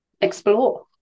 explore